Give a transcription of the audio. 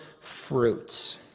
fruits